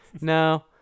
No